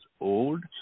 old